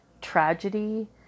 tragedy